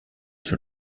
sur